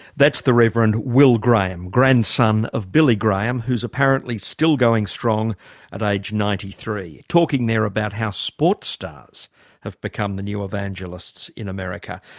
that's the reverend will graham, grandson of billy graham who's apparently still going strong at age ninety three, talking there about how sports stars have become the new evangelists in america.